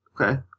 Okay